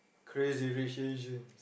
Crazy-Rich-Asians